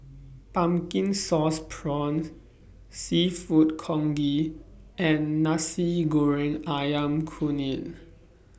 Pumpkin Sauce Prawns Seafood Congee and Nasi Goreng Ayam Kunyit